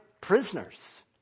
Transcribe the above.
prisoners